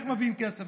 על איך מביאים כסף,